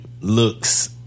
Looks